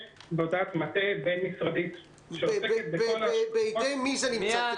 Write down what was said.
יש ועדת מטה בין-משרדית שעוסקת --- בידי מי זה נמצא?